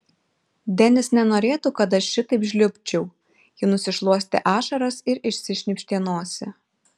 denis nenorėtų kad aš šitaip žliumbčiau ji nusišluostė ašaras ir išsišnypštė nosį